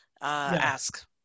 ask